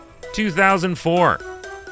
2004